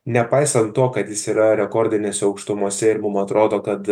nepaisant to kad jis yra rekordinėse aukštumose ir mum atrodo kad